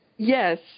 Yes